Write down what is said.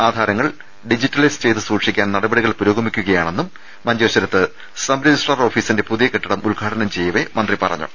ആധാരങ്ങൾ digitalise ചെയ്ത് സൂക്ഷി ക്കാൻ നടപടികൾ പുരോഗമിക്കുകയാണെന്നും മഞ്ചേശ്വരത്ത് സബ്ര ജിസ്ട്രാർ ഓഫീസിന്റെ പുതിയകെട്ടിടം ഉദ്ഘാടനം ചെയ്യവേ മന്ത്രി പറഞ്ഞു